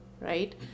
right